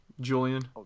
Julian